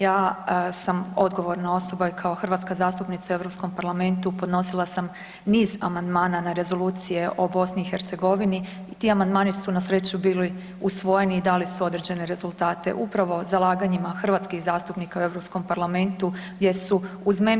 Ja sam odgovorna osoba i kao hrvatska zastupnica u Europskom parlamentu podnosila sam niz amandmana na rezolucije o Bosni i Hercegovini i ti amandmani su na sreću bili usvojeni i dali su određene rezultate upravo zalaganjima hrvatskih zastupnika u Europskom parlamentu gdje su uz mene.